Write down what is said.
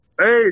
Hey